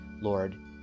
Lord